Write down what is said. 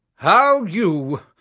how you,